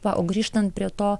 va o grįžtant prie to